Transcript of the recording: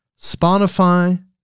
Spotify